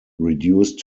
reduced